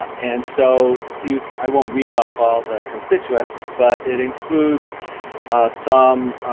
and so i won't read off all the constituents, but it includes some